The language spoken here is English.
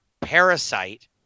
Parasite